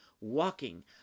walking